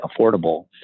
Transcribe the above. affordable